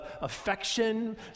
affection